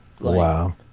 Wow